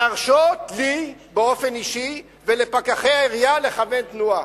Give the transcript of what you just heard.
להרשות לי באופן אישי ולפקחי העירייה לכוון תנועה.